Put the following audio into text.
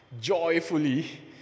joyfully